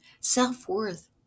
Self-worth